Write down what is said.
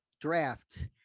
draft